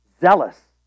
zealous